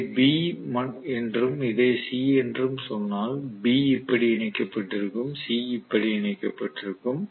இதை B என்றும் இதை C என்றும் நான் சொன்னால் B இப்படி இணைக்கப்பட்டிருக்கும் C இப்படி இணைக்கப்பட்டிருக்கும்